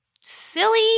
silly